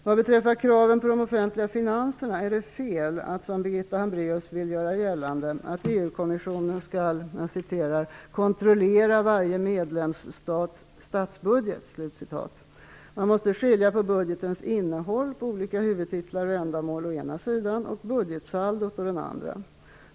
Vad beträffar kraven på de offentliga finanserna är det fel att, som Birgitta Hambraeus vill göra gällande, EU-kommissionen skall ''kontrollera varje medlemsstats statsbudget''. Man måste skilja på budgetens innehåll på olika huvudtitlar och ändamål å ena sidan och budgetsaldot å den andra.